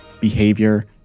behavior